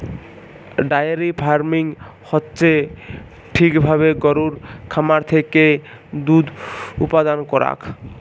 diary farming হচ্যে ঠিক ভাবে গরুর খামার থেক্যে দুধ উপাদান করাক